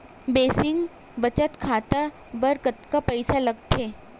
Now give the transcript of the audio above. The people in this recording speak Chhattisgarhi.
बेसिक बचत खाता बर कतका पईसा लगथे?